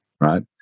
right